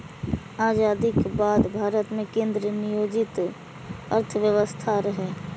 आजादीक बाद भारत मे केंद्र नियोजित अर्थव्यवस्था रहै